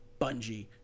Bungie